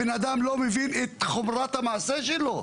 הבן אדם לא מבין את חומרת המעשה שלו.